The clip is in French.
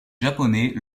japonais